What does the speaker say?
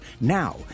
Now